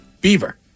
Beaver